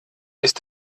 ist